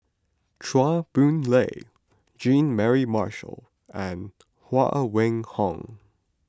Chua Boon Lay Jean Mary Marshall and Huang Wenhong